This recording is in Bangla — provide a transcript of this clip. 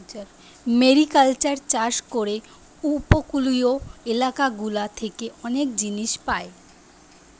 মেরিকালচার চাষ করে উপকূলীয় এলাকা গুলা থেকে অনেক জিনিস পায়